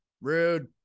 rude